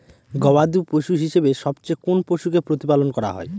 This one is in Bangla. গবাদী পশু হিসেবে সবচেয়ে কোন পশুকে প্রতিপালন করা হয়?